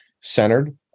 centered